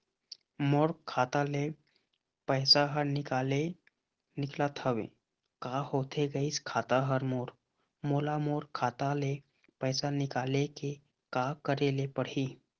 मोर खाता ले पैसा हर निकाले निकलत हवे, का होथे गइस खाता हर मोर, मोला मोर खाता ले पैसा निकाले ले का करे ले पड़ही?